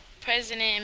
President